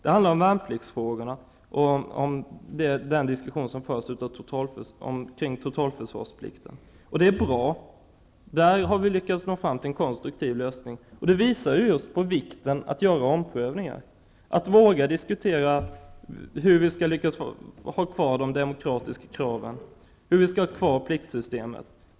Det handlar om värnpliktsfrågorna och den diskussion som förts om totalförsvarsplikten. Det är bra att vi där har lyckats nå fram till en konstruktiv lösning. Det visar just på vikten av att göra omprövningar och våga diskutera hur vi skall kunna lyckas upprätthålla demokratiska krav och ha kvar pliktsystemet.